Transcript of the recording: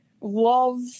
love